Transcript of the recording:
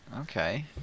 Okay